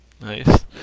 Nice